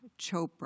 Chopra